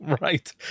Right